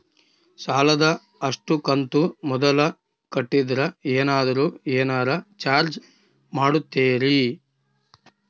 ಸಾಲದ ಅಷ್ಟು ಕಂತು ಮೊದಲ ಕಟ್ಟಿದ್ರ ಏನಾದರೂ ಏನರ ಚಾರ್ಜ್ ಮಾಡುತ್ತೇರಿ?